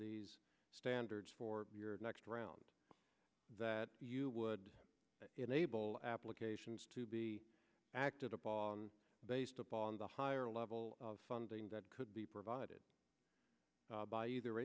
the standards for your next round that you would enable applications to be acted upon based upon the higher level of funding that could be provided by either